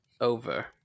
over